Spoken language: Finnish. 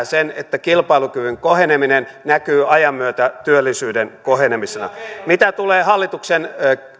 sen että kilpailukyvyn koheneminen näkyy ajan myötä työllisyyden kohenemisena mitä tulee hallituksen